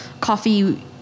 coffee